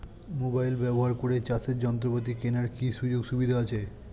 Mobile ব্যবহার করে চাষের যন্ত্রপাতি কেনার কি সুযোগ সুবিধা আছে?